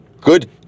good